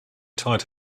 tied